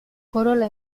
corola